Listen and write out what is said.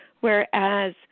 Whereas